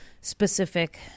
specific